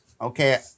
Okay